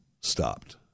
stopped